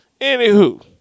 Anywho